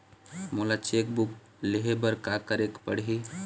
मोला cheque book लेहे बर का केरेक पढ़ही?